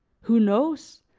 who knows,